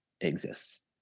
exists